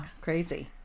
crazy